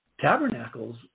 tabernacles